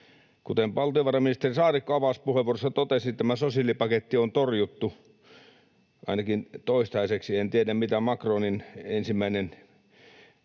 Kuten valtiovarainministeri Saarikko avauspuheenvuorossaan totesi, tämä sosiaalipaketti on torjuttu ainakin toistaiseksi. En tiedä, mitä Macron ensi vuoden